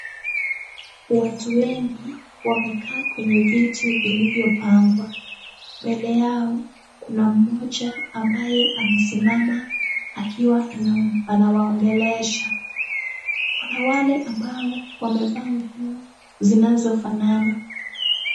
Watu wengi wamekaa kwenye viti vilivyopangwa. Mbele yao, kuna mmoja ambaye amesimama akiwa ana, anawaongelesha. Kuna wale ambao wamevaa nguo zinazofanana.